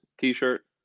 t-shirt